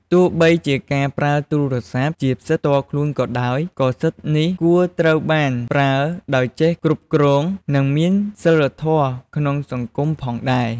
ទោះបីជាការប្រើទូរស័ព្ទជាសិទ្ធិផ្ទាល់ខ្លួនក៏ដោយ ក៏សិទ្ធិនេះគួរត្រូវបានប្រើដោយចេះគ្រប់គ្រង និងមានសីលធម៌ក្នុងសង្គមផងដែរ។